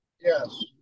Yes